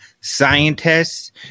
scientists